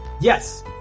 Yes